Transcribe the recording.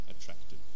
attractive